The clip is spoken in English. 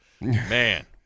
man